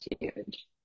huge